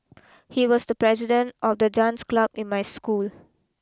he was the president of the dance club in my school